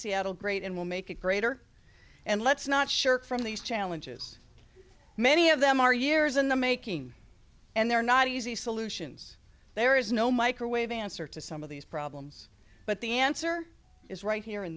seattle great and will make it greater and let's not shirk from these challenges many of them are years in the making and they're not easy solutions there is no microwave answer to some of these problems but the answer is right here in